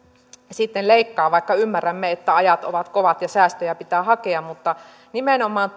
sitten leikkaa vaikka ymmärrämme että ajat ovat kovat ja säästöjä pitää hakea mutta nimenomaan